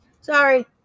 Sorry